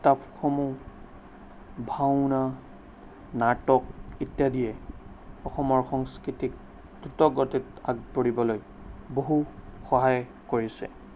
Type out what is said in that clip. কিতাপসমূহ ভাওনা নাটক ইত্যাদিয়ে অসমৰ সংস্কৃতিক দ্ৰুতগতিত আগবাঢ়িবলৈ বহু সহায় কৰিছে